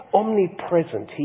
omnipresent